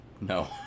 No